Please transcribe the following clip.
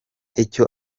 icyo